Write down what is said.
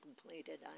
completed